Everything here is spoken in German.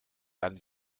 dann